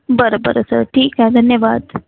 बरं बरं सर ठीक आहे धन्यवाद